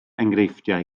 enghreifftiau